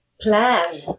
plan